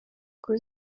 kui